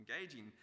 engaging